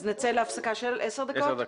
אז נצא להפסקה של עשר דקות.